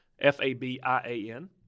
F-A-B-I-A-N